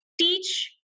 teach